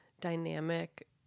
dynamic